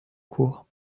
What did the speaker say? cour